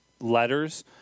letters